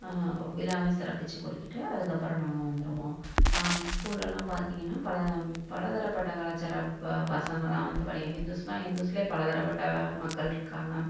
விழாவ சிறப்பிச்சு கொடுத்துட்டு அதுக்கு அப்புறம் நாங்கள் வந்துடுவோம் ஸ்கூல்லயெலாம் பார்த்திங்கனா பல பலதரப்பட்ட கலாச்சார ப பசங்களெளாம் வந்து படிக்க இந்துஸ்ன்னா இந்துஸிலே பலதரப்பட்ட மக்கள் இருக்காங்க